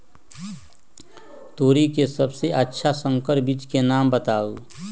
तोरी के सबसे अच्छा संकर बीज के नाम बताऊ?